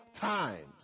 times